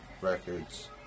Records